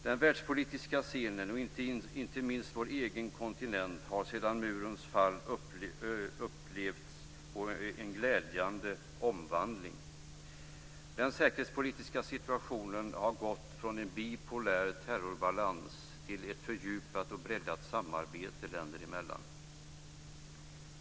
Den världspolitiska scenen, och inte minst vår egen kontinent, har sedan murens fall upplevt en glädjande omvandling. Den säkerhetspolitiska situationen har gått från en bipolär terrorbalans till ett fördjupat och breddat samarbete länder emellan.